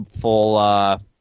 full